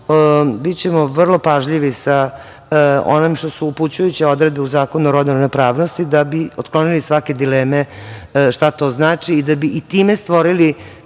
bićemo vrlo pažljivi sa onim što su upućujuće odredbe u Zakonu o rodnoj ravnopravnosti da bi otklonili svake dileme šta to znači, da bi i time stvorili